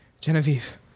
Genevieve